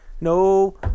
No